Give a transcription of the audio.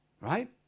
Right